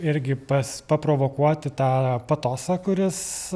irgi pas paprovokuoti tą patosą kuris